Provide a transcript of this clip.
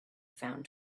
found